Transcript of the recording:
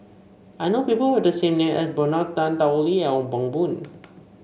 I know people who have the name as Bernard Tan Tao Li and Ong Pang Boon